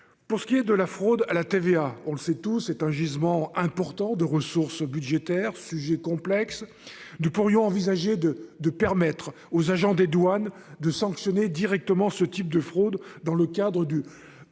Pour ce qui est de la fraude à la TVA, on le sait tous, c'est un gisement important de ressources budgétaires sujet complexe du pourrions envisager de, de permettre aux agents des douanes de sanctionner directement ce type de fraude dans le cadre du